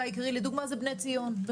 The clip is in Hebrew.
זה על שלושת הצדדים,